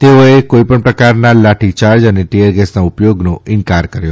તેઓએ કોઇ પ્રકારના લાઠી ચાર્જ અને ટીયરગેસના ઉપ્પ યોગનો ઇન્કાર કર્યો